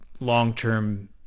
long-term